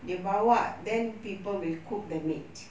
they bawa then people with cook the meat